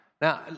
Now